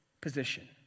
position